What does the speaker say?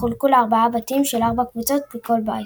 וחולקו לארבעה בתים של 4 קבוצות בכל בית.